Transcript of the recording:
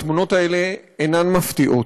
התמונות האלה אינן מפתיעות,